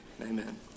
amen